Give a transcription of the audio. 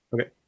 okay